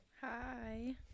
Hi